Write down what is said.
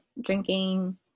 drinking